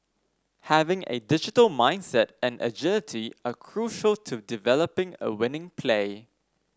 having a digital mindset and agility are crucial to developing a winning play